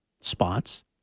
spots